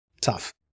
tough